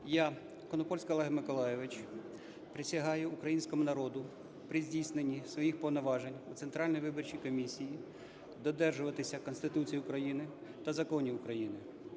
Я, Конопольський Олег Миколайович, присягаю українському народу при здійсненні своїх повноважень в Центральній виборчій комісії додержуватися Конституції України та законів України,